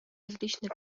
различные